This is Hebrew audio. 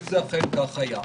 אם אכן כך היה.